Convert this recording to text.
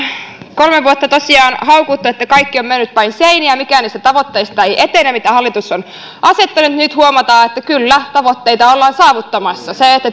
kolme vuotta tosiaan haukuttu että kaikki on mennyt päin seiniä ja että mikään niistä tavoitteista ei etene mitä hallitus on asettanut nyt huomataan että kyllä tavoitteita ollaan saavuttamassa